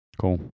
Cool